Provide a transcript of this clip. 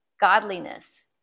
godliness